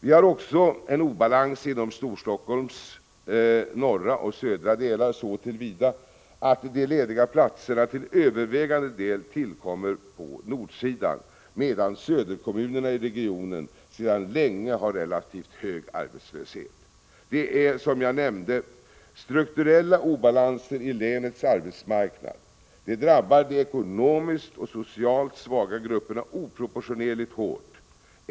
Vi har också en obalans mellan Storstockholms norra och södra delar, så till vida att de lediga platserna till övervägande del tillkommer på nordsidan, medan söderkommunerna i regionen sedan länge har en relativt hög arbetslöshet. Det är, som jag nämnde, strukturella obalanser i länets arbetsmarknad. De drabbar de ekonomiskt och socialt svaga grupperna oproportionerligt hårt.